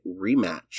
rematch